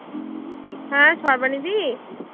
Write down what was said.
হ্যাঁ সর্বাণীদি